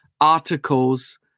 articles